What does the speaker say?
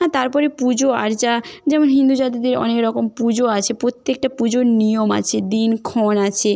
হ্যাঁ তারপরে পুজোআর্চা যেমন হিন্দু জাতিদের অনেক রকম পুজো আছে প্রত্যেকটা পুজোর নিয়ম আছে দিনক্ষণ আছে